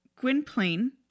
Gwynplaine